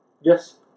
Yes